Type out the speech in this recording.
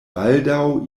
baldaŭ